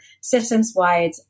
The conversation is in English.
systems-wide